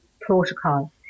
protocol